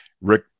rick